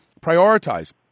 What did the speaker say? prioritize